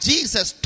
Jesus